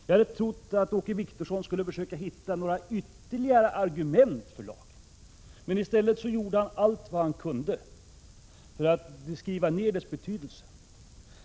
Jag hade trott att Åke Wictorsson skulle försöka hitta några ytterligare argument för lagen, men i stället gjorde han allt vad han kunde för att tona ned dess betydelse.